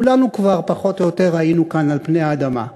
כולנו כבר פחות או יותר היינו כאן על פני האדמה.